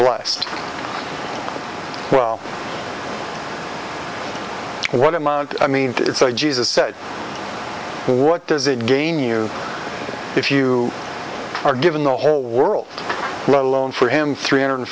blessed well what amount i mean it's like jesus said what does it gain you if you are given the whole world let alone for him three hundred